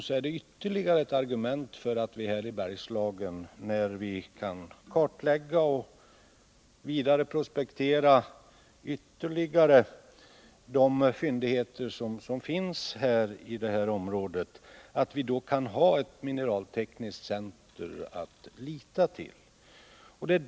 Det är ytterligare ett argument för att vi i Bergslagen, när vi skall kartlägga och vidareprospektera de ytterligare fyndigheter som finns här, kan behöva ett mineraltekniskt center att lita till.